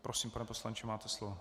Prosím, pane poslanče, máte slovo.